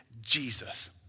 Jesus